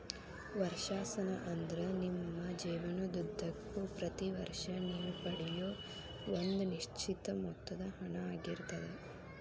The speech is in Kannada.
ವರ್ಷಾಶನ ಅಂದ್ರ ನಿಮ್ಮ ಜೇವನದುದ್ದಕ್ಕೂ ಪ್ರತಿ ವರ್ಷ ನೇವು ಪಡೆಯೂ ಒಂದ ನಿಶ್ಚಿತ ಮೊತ್ತದ ಹಣ ಆಗಿರ್ತದ